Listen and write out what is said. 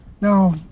Now